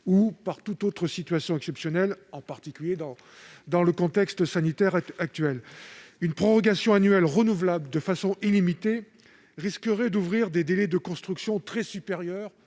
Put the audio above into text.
ou par toute autre situation exceptionnelle, en particulier dans le contexte sanitaire actuel. Une prorogation annuelle renouvelable de façon illimitée risquerait d'ouvrir des délais de construction très supérieurs